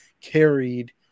carried